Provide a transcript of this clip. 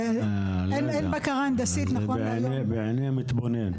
לא יודע, זה בעיניי המתבונן.